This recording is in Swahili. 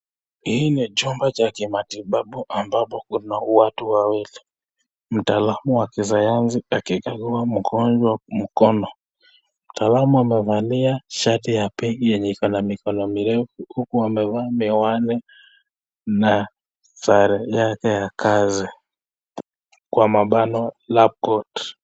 Hii ni chumba cha matibabu ambapo kuna wawili. Mtaalam wa kisayansi akikagua mgonjwa mkono, mtaalam amevalia shati ya pinki yenye iko na mikono mirefu huku amevaa miwani na sare yake ya kazi. Kwa mabano lab coat .